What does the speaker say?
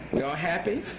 yeah all happy?